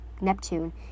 neptune